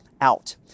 out